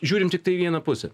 žiūrim tiktai į vieną pusę